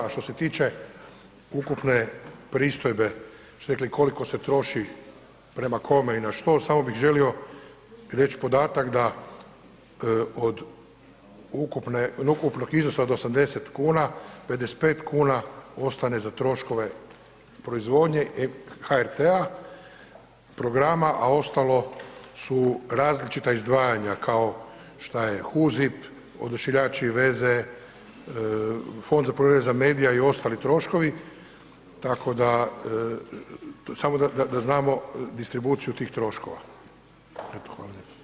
A što se tiče ukupne pristojbe, što ste rekli koliko se troši prema kome i na što, samo bih želio reći podatak da od ukupne, od ukupnog iznosa od 80 kuna 55 kuna ostane za troškove proizvodnje HRT-a programa, a ostalo su različita izdvajanja kao što je HUZIP, Odašiljači i veze, Fond za pluralizam medija i ostali troškovi tako da samo da znamo distribuciju tih troškova.